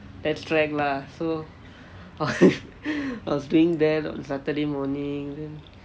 that's track lah so I was training there saturday morning